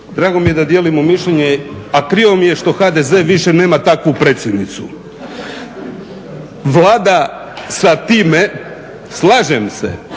Drago mi je da dijelimo mišljenje, a krivo mi je što HDZ nema više takvu predsjednicu. Vlada sa time slažem se